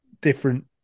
different